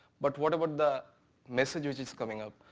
but what about the message which is coming up?